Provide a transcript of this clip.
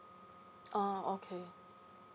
ah okay